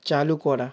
চালু করা